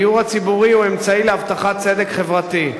הדיור הציבורי הוא אמצעי להבטחת צדק חברתי,